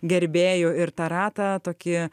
gerbėjų ir tą ratą tokį